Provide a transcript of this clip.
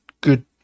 good